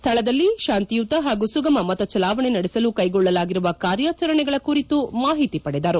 ಸ್ನಳದಲ್ಲಿ ಶಾಂತಿಯುತ ಪಾಗೂ ಸುಗಮ ಮತ ಚಲಾವಣೆ ನಡೆಸಲು ಕ್ಷೆಗೊಳ್ಳಲಾಗಿರುವ ಕಾರ್ಯಾಚರಣೆಗಳ ಕುರಿತು ಮಾಹಿತಿ ಪಡೆದರು